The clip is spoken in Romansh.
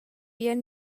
bien